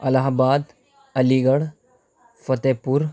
الٰہ آباد علی گڑھ فتح پور